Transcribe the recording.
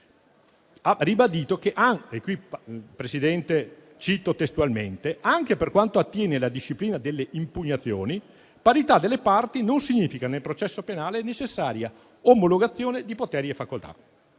ha ribadito che: «anche per quanto attiene alla disciplina delle impugnazioni, parità delle parti non significa, nel processo penale, necessaria omologazione di poteri e facoltà